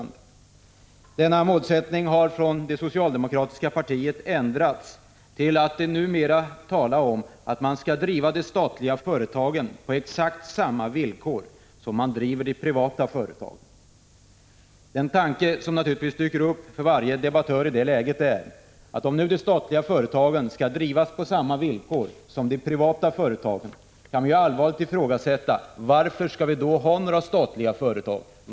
Denna målsättning har av det socialdemokratiska partiet ändrats så att man numera talar om att de statliga företagen skall drivas på exakt samma villkor som de privata företagen. Den tanke som i det läget dyker upp för varje debattör är naturligtvis att om nu de statliga företagen skall drivas på samma villkor som de privata företagen, kan vi allvarligt ifrågasätta varför vi skall ha några statliga företag.